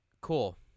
Cool